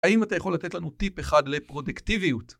האם אתה יכול לתת לנו טיפ אחד לפרודקטיביות?